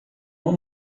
uma